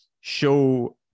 show